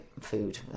food